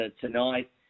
tonight